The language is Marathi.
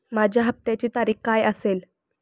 माझ्या हप्त्याची तारीख काय असेल?